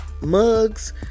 mugs